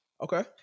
Okay